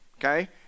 okay